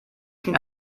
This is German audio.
ging